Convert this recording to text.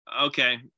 Okay